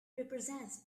represents